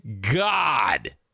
God